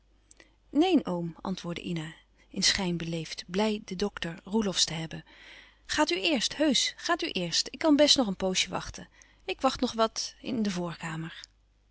neen oom antwoordde ina in schijn beleefd blij den dokter roelofsz te hebben gaat u eerst heusch gaat u eerst ik kan best nog een poosje wachten ik wacht nog wat in de voorkamer